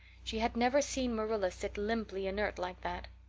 she had never seen marilla sit limply inert like that.